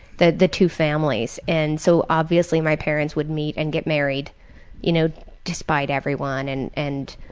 the the two families. and so obviously my parents would meet and get married you know despite everyone and and